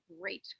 great